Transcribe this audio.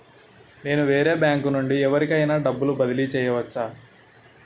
నేను వేరే బ్యాంకు నుండి ఎవరికైనా డబ్బు బదిలీ చేయవచ్చా?